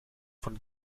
von